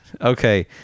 Okay